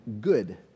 good